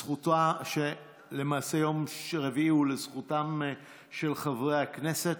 למעשה יום רביעי הוא לזכותם של חברי הכנסת,